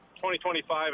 2025